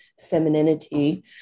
femininity